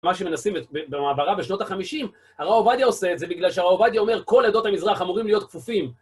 מה שמנסים במעברה בשנות החמישים, הרב עובדיה עושה את זה בגלל שהרב עובדיה אומר כל עדות המזרח אמורים להיות כפופים.